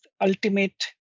ultimate